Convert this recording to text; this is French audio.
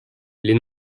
les